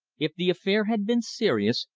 if the affair had been serious,